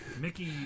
Mickey